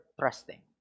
trusting